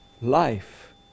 life